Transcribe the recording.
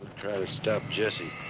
try to stop jesse.